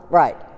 right